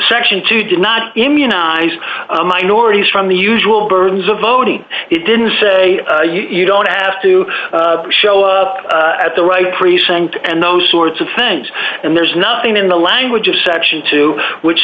section two did not immunized minorities from the usual burdens of voting it didn't say you don't have to show up at the right precinct and those sorts of things and there's nothing in the language of section two which